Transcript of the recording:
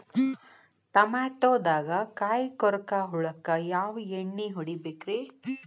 ಟಮಾಟೊದಾಗ ಕಾಯಿಕೊರಕ ಹುಳಕ್ಕ ಯಾವ ಎಣ್ಣಿ ಹೊಡಿಬೇಕ್ರೇ?